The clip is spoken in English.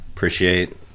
Appreciate